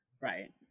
right